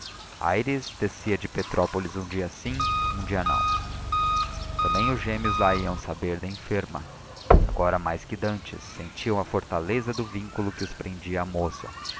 aires descia de petrópolis um dia sim um dia não também os gêmeos lá iam saber da enferma agora mais que dantes sentiam a fortaleza do vínculo que os prendia à moça